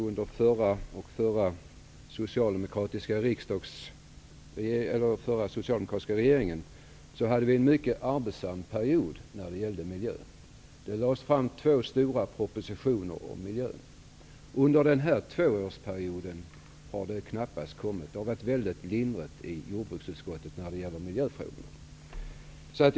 Under den förra socialdemokratiska regeringsperioden var det mycket arbetssamt när det gällde miljön. Det lades fram två stora propositioner på miljöområdet. Under denna tvåårsperiod har arbetet med miljöfrågorna i jordbruksutskottet varit väldigt lindrigt.